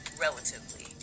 relatively